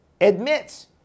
admits